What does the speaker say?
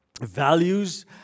values